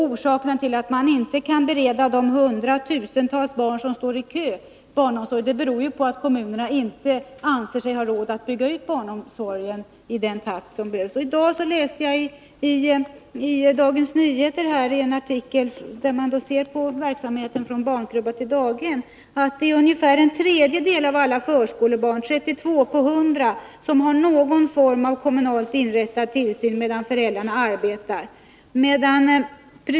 Orsakerna till att man inte kan bereda de hundratusentals barn som står i kö en plats beror på att kommunerna inte anser sig ha råd att bygga ut barnomsorgen i den takt som behövs. I dag läste jag i Dagens Nyheter en artikel där man ser på verksamheten från barnkrubba till daghem. Det framgår att det är ungefär en tredjedel av alla förskolebarn, 32 av 100, som har någon form av kommunalt inrättad tillsyn medan föräldrarna arbetar.